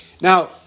Now